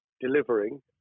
delivering